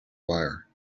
wire